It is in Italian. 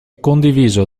condiviso